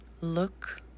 look